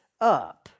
up